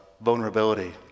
vulnerability